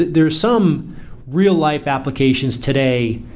there's some real-life applications today.